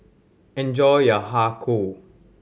enjoy your Har Kow